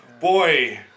Boy